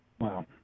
Wow